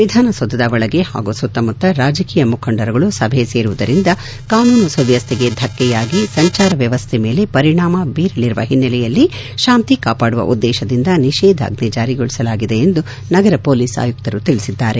ವಿಧಾನಸೌಧದ ಒಳಗೆ ಹಾಗೂ ಸುತ್ತಮುತ್ತ ರಾಜಕೀಯ ಮುಖಂಡರುಗಳು ಸಭೆ ಸೇರುವುದರಿಂದ ಕಾನೂನು ಸುವ್ವವಸ್ಥೆಗೆ ಧಕ್ಕೆಯಾಗಿ ಸಂಚಾರ ವ್ಯವಸ್ಥೆ ಮೇಲೆ ಪರಿಣಾಮ ಬೀರಲಿರುವ ಹಿನ್ನೆಲೆಯಲ್ಲಿ ಶಾಂತಿ ಕಾಪಾಡುವ ಉದ್ದೇಶದಿಂದ ನಿಷೇದಾಜ್ಜೆ ಜಾರಿಗೊಳಿಸಲಾಗಿದೆ ಎಂದು ನಗರ ಪೊಲೀಸ್ ಆಯುಕ್ತರು ತಿಳಿಸಿದ್ದಾರೆ